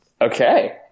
okay